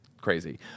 crazy